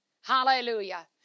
hallelujah